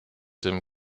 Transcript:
dem